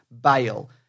bail